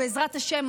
בעזרת השם,